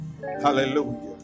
Hallelujah